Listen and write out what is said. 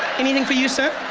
anything for you sir,